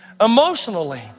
emotionally